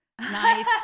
Nice